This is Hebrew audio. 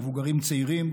מבוגרים צעירים,